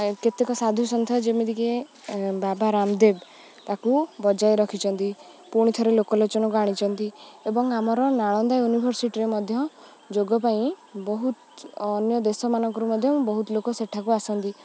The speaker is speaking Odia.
କେତେକ ସାଧୁ ସନ୍ଥ ଯେମିତିକି ବାବା ରାମଦେବ ତାକୁ ବଜାୟ ରଖିଚନ୍ତି ପୁଣି ଥରେ ଲୋକଲୋଚନକୁ ଆଣିଚନ୍ତି ଏବଂ ଆମର ନାଳନ୍ଦା ୟୁନିଭରସିଟିରେ ମଧ୍ୟ ଯୋଗ ପାଇଁ ବହୁତ ଅନ୍ୟ ଦେଶମାନଙ୍କରୁ ମଧ୍ୟ ବହୁତ ଲୋକ ସେଠାକୁ ଆସନ୍ତି